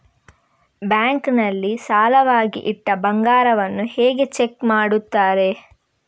Bank ನಲ್ಲಿ ಸಾಲವಾಗಿ ಇಟ್ಟ ಬಂಗಾರವನ್ನು ಹೇಗೆ ಚೆಕ್ ಮಾಡುತ್ತಾರೆ?